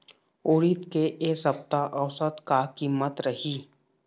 उरीद के ए सप्ता औसत का कीमत रिही?